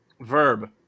Verb